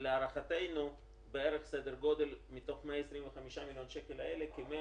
ולהערכתנו מתוך 125 מיליון השקלים האלה כ-100